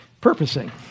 purposing